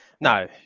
No